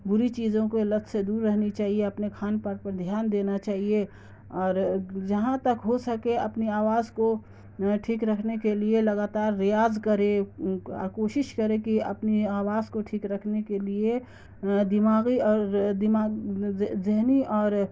بری چیزوں کو لت سے دور رہنی چاہیے اپنے کھان پان پر دھیان دینا چاہیے اور جہاں تک ہو سکے اپنی آواز کو ٹھیک رکھنے کے لیے لگاتار ریاض کرے کوشش کرے کہ اپنی آواز کو ٹھیک رکھنے کے لیے دماغی اور دما ذہنی اور